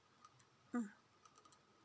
mm